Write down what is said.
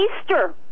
easter